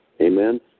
Amen